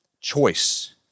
choice